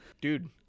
Dude